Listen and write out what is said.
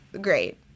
Great